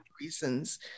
Reasons